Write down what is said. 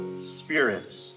Spirit